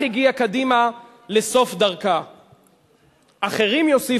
אני מציע לכם, אני מציע לכם, חכו ותראו,